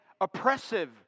oppressive